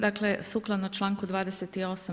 Dakle sukladno članku 28.